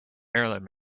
marilyn